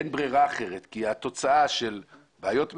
אין ברירה אחרת כי התוצאה של בעיות מדיניות,